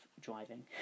driving